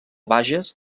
bages